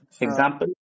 Example